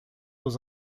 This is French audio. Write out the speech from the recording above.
aux